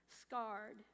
scarred